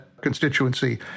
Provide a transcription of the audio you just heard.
constituency